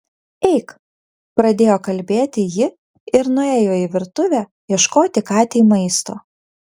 eik pradėjo kalbėti ji ir nuėjo į virtuvę ieškoti katei maisto